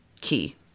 key